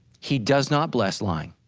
he does not bless lying.